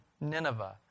Nineveh